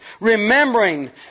remembering